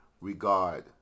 regard